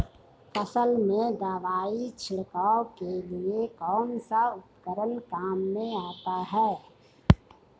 फसल में दवाई छिड़काव के लिए कौनसा उपकरण काम में आता है?